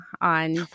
on